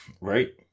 right